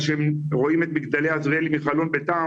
שהם רואים את מגדלי עזריאלי מחלון ביתם.